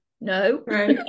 No